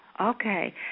okay